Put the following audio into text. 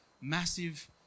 massive